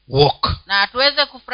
walk